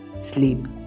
Sleep